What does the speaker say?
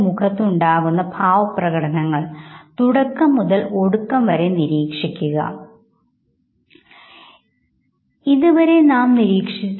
മുഖത്തിന്റെ രണ്ടു വശങ്ങളും തുല്യമായി വികാരങ്ങൾ പ്രകടിപ്പിക്കുന്നില്ല അല്ലെങ്കിൽ വികാരങ്ങൾ പ്രകടിപ്പിക്കുന്നത് മനസ്സിലാക്കാൻ പറ്റുന്നില്ല എന്ന് ഞാൻ പറയുകയാണെങ്കിൽ ഒരുപക്ഷേ നിങ്ങൾ വിശ്വസിക്കുകയില്ല